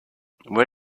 where